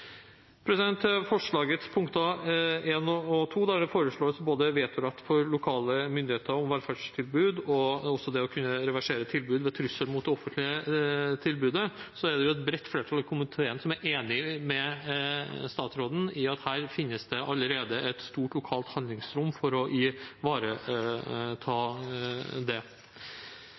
forslagets punkter 1 og 2, der det foreslås både vetorett for lokale myndigheter og velferdstilbud og også det å kunne reversere tilbud ved trussel mot det offentlige tilbudet, er det et bredt flertall i komiteen som er enig med statsråden i at her finnes det allerede et stort lokalt handlingsrom for å ivareta det. Når det gjelder forslagets punkt 3, har jeg lyst til å bemerke at det